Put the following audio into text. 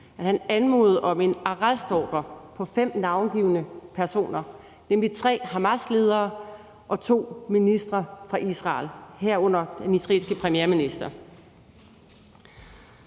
at han anmodede om en arrestordre på fem navngivne personer, nemlig tre Hamasledere og to ministre fra Israel, herunder den israelske premierminister.